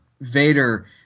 Vader